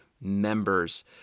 members